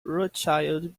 rothschild